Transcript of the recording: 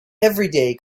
everyday